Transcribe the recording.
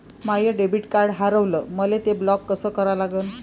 माय debit card हारवलं, मले ते ब्लॉक कस करा लागन?